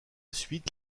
suite